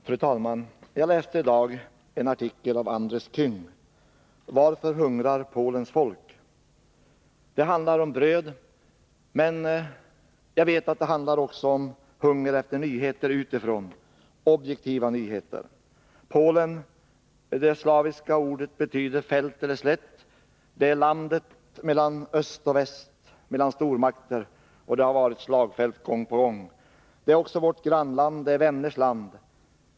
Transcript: Fru talman! Jag läste i dag en artikel av Andres Käng: Varför hungrar Polens folk? Det handlar om bröd, men jag vet att det också handlar om hunger efter nyheter utifrån, objektiva nyheter. Polen — det slaviska ordet betyder fält eller slätt — är landet mellan öst och väst, mellan stormakter, och det har varit slagfält gång på gång. Det är också vårt grannland. Det är vänners land.